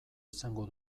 izango